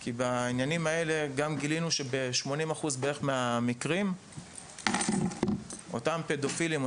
כי בעניינים האלה גם גילינו שב-80% בערך מהמקרים אותם פדופילים,